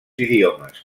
idiomes